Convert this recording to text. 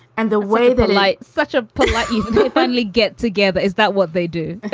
and the way that like such a pullout, you finally get together, is that what they do